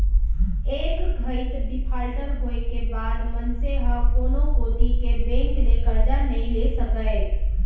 एक घइत डिफाल्टर होए के बाद मनसे ह कोनो कोती के बेंक ले करजा नइ ले सकय